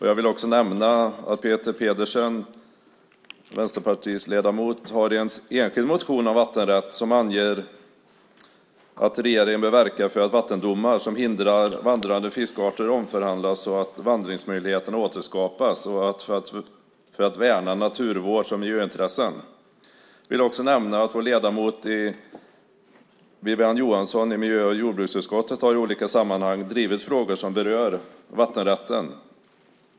Jag vill också nämna att Peter Pedersen från Västerpartiet har en enskild motion om vattenrätt som anger att regeringen bör verka för att vattendomar som hindrar vandrande fiskarter omförhandlas så att vandringsmöjligheterna återskapas samt för att värna naturvårds och miljöintressen. Vidare vill jag nämna att vår ledamot i miljö och jordbruksutskottet, Wiwi-Anne Johansson, i olika sammanhang drivit frågor som berör vattenrätten.